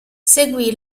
seguì